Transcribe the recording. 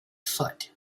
foot